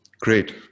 Great